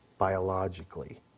biologically